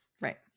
right